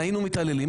היינו מתעללים,